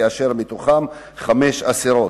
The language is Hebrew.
ומהם חמש אסירות.